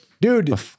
Dude